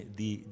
di